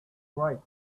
right